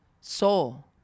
soul